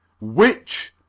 Which